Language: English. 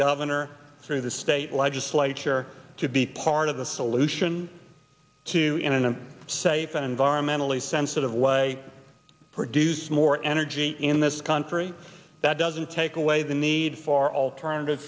governor through the state legislature to be part of the solution to in a safe and environmentally sensitive way produce more energy in this country that doesn't take away the need for alternative